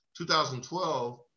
2012